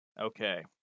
Okay